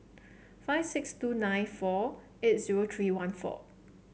five six two nine four eight zero three one four